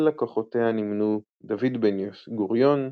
על לקוחותיה נמנו דוד בן-גוריון,